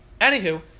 Anywho